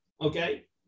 okay